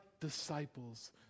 disciples